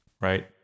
right